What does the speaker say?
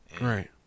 Right